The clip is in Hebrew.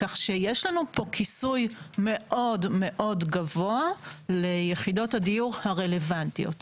כך שיש לנו פה כיסוי מאוד מאוד גבוה ליחידות הדיור הרלוונטיות.